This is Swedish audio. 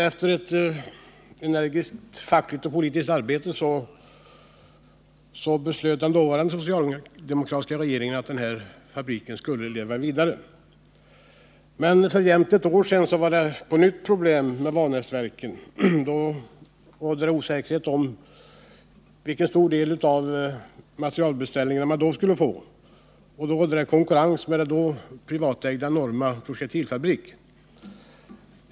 Efter ett energiskt fackligt och politiskt arbete beslöt den dåvarande socialdemokratiska regeringen att fabriken skulle leva vidare. Men för jämnt ett år sedan var det på nytt problem med Vanäsverken. Det rådde osäkerhet om hur stor del av materielbeställningarna man skulle få, och det var konkurrens med den då privatägda Norma projektilfabrik.